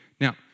Now